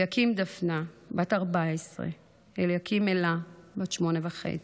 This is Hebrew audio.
אליקים דפנה, בת 14, אליקים אלה, בת 8.5,